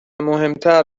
مهمتر